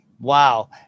Wow